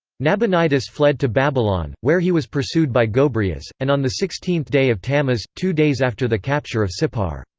nabonidus fled to babylon, where he was pursued by gobryas, and on the sixteenth day of tammuz, two days after the capture of sippar,